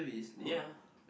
ya